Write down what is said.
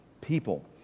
people